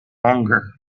longer